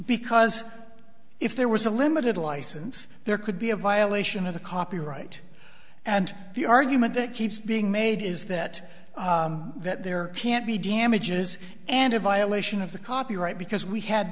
because if there was a limited license there could be a violation of the copyright and the argument that keeps being made is that that there can't be damages and a violation of the copyright because we had